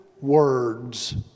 words